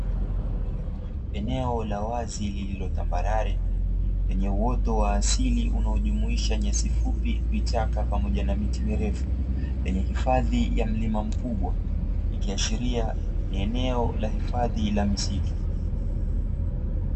Eneo la wazi lililotambarare, lenye uoto wa asili unaojumuisha nyasi fupi, vichaka pamoja na miti mirefu, yenye hifadhi ya mlima mkubwa, ikiashiria ni eneo la hifadhi la misitu.